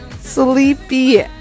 sleepy